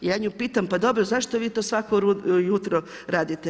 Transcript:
Ja nju pitam, pa dobro zašto vi to svako jutro radite.